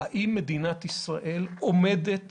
האם מדינת ישראל עומדת